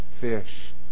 fish